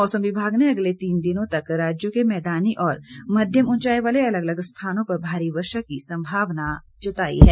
मौसम विभाग ने अगले तीन दिनों तक राज्यों के मैदानी और मध्यम उंचाई वाले अलग अलग स्थानों पर भारी वर्षा की संभावना जताई है